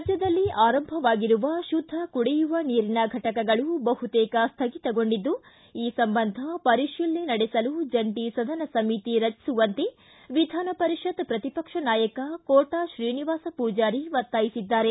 ರಾಜ್ಯದಲ್ಲಿ ಆರಂಭವಾಗಿರುವ ಶುದ್ದ ಕುಡಿಯುವ ನೀರಿನ ಘಟಕಗಳು ಬಹುತೇಕ ಸ್ವಗಿತಗೊಂಡಿದ್ದು ಈ ಸಂಬಂಧ ಪರಿಶೀಲನೆ ನಡೆಸಲು ಜಂಟಿ ಸದನ ಸಮಿತಿ ರಚಿಸುವಂತೆ ವಿಧಾನಪರಿಷತ್ ಪ್ರತಿಪಕ್ಷ ನಾಯಕ ಕೋಟಾ ಶ್ರೀನಿವಾಸ ಪೂಜಾರಿ ಒತ್ತಾಯಿಸಿದ್ದಾರೆ